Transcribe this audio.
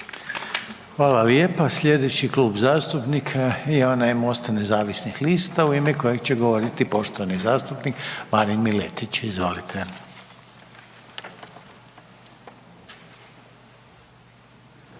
Hvala lijepa. Slijedeći Klub zastupnika je onaj MOST-a nezavisnih lista u ime kojeg će govoriti poštovani zastupnik Marin Miletić. Izvolite.